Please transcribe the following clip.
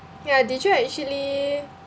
ya did you actually